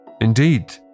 Indeed